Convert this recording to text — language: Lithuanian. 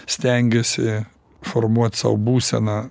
stengiasi formuot sau būseną